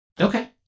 okay